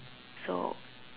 so